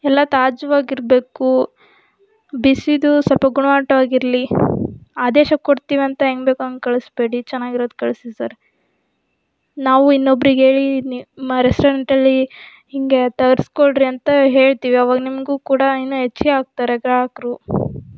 ಎಲ್ಲ ತಾಜಾವಾಗಿರ್ಬೇಕು ಬಿಸಿದು ಸ್ವಲ್ಪ ಗುಣಮಟ್ಟವಾಗಿರಲಿ ಆದೇಶ ಕೊಡ್ತೀವಿ ಅಂತ ಹೆಂಗ್ ಬೇಕೊ ಹಂಗ್ ಕಳಿಸ್ಬೇಡಿ ಚೆನ್ನಾಗಿರೋದು ಕಳಿಸಿ ಸರ್ ನಾವು ಇನ್ನೊಬ್ರಿಗೆ ಹೇಳಿ ನಿಮ್ಮ ರೆಸ್ಟೋರೆಂಟಲ್ಲಿ ಹೀಗೆ ತರಿಸಿಕೊಳ್ರಿ ಅಂತ ಹೇಳ್ತೀವಿ ಅವಾಗ ನಿಮಗೂ ಕೂಡ ಇನ್ನೂ ಹೆಚ್ಚಿಗೆ ಆಗ್ತಾರೆ ಗ್ರಾಹಕರು